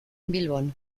bilbon